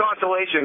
consolation